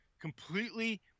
completely